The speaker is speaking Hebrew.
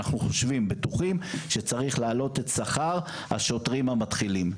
אנחנו בטוחים שצריך להעלות את שכר השוטרים המתחילים.